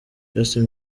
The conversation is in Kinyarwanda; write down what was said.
justin